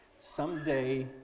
someday